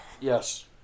Yes